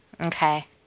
okay